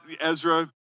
Ezra